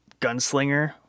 gunslinger